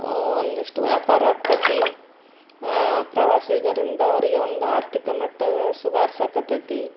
ಒಂದಿಷ್ಟು ವ್ಯಾಪಾರ ಆಗ್ತೈತಿ ಪ್ರವಾಸಿಗರಿಂದ ಅವರಿಗೆ ಒಂದು ಆರ್ಥಿಕ ಮಟ್ಟದ ಸುಧಾರ್ಸಕ್ಕತ್ತೈತಿ